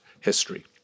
history